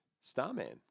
Starman